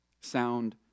sound